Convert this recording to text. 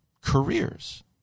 careers